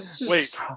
Wait